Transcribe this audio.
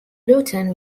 luton